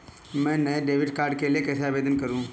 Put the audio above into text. मैं नए debit card के लिए कैसे आवेदन करूं?